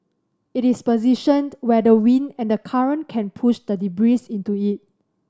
it is positioned where the wind and the current can push the debris into it